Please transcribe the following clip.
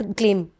claim